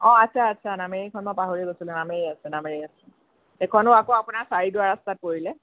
অ' আছে আছে নামেৰিখন মই পাহৰিয়ে গৈছিলো নামেৰি আছে নামেৰি আছে এইখনো আকৌ আপোনাৰ চাৰিদুৱাৰ ৰাস্তাত পৰিলে